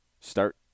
Start